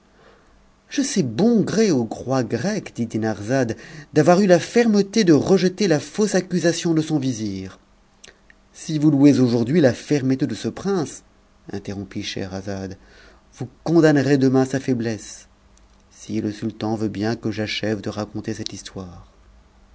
je sais bon gré au roi grec dit dinarzade d'avoir eu la fermeté de rejeter la fausse accusation de son vizir si vous louez aujourd'hui la fermeté de ce prince interrompit scheherazade vous condamnerez demain sa faiblesse si le sultan veut bien que j'achève de raconter cette histoire